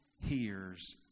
hears